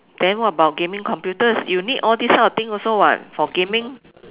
then what about gaming computers you need all these kind of things also [what] for gaming